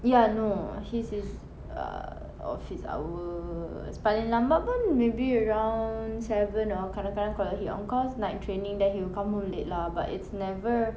ya no he's is err office hour paling lambat pun maybe around seven or kadang-kadang he on course night training then he will come home late lah but it's never